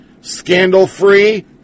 Scandal-free